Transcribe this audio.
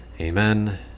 Amen